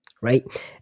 right